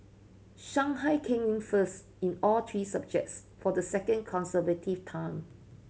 Shanghai came in first in all three subjects for the second consecutive time